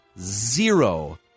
Zero